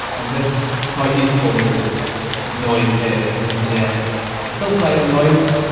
then this is quite useful with this noise here, as you can hear. it's still playing the noise,